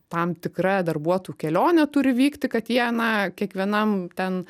tam tikra darbuotojų kelionė turi vykti kad jie na kiekvienam ten